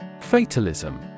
Fatalism